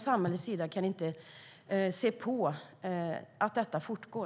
Samhället kan inte se på när detta fortgår.